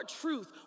truth